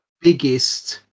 biggest